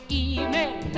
evening